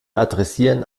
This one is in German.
adressieren